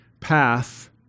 path